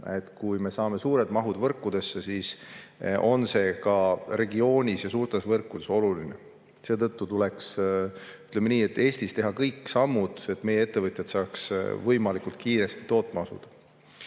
võrkudesse suured mahud [energiat], siis on see ka regioonis ja suurtes võrkudes oluline. Seetõttu tuleks Eestis teha kõik sammud, et meie ettevõtjad saaksid võimalikult kiiresti tootma asuda.